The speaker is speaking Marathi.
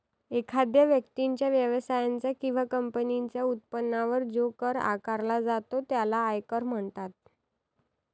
एखाद्या व्यक्तीच्या, व्यवसायाच्या किंवा कंपनीच्या उत्पन्नावर जो कर आकारला जातो त्याला आयकर म्हणतात